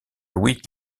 louis